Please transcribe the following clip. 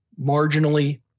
marginally